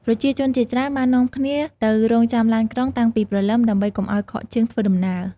ប្រជាជនជាច្រើនបាននាំគ្នាទៅរង់ចាំឡានក្រុងតាំងពីព្រលឹម ដើម្បីកុំឱ្យខកជើងធ្វើដំណើរ។